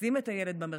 לשים את הילד במרכז,